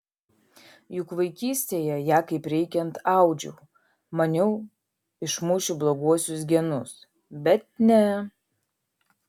juk vaikystėje ją kaip reikiant audžiau maniau išmušiu bloguosius genus bet ne